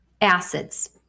Acids